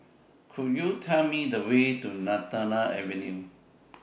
Could YOU Tell Me The Way to Lantana Avenue